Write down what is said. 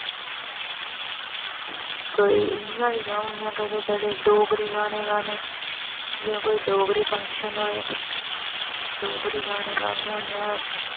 कोई इं'या बी गाई ओड़नेआं कदें कदें डोगरी गाने गान्ने जां कोई डोगरी फंक्शन होऐ डोगरी गाने गान्ने होन्नें अस